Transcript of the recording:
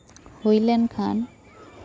ᱦᱩᱭ ᱞᱮᱱᱠᱷᱟᱱ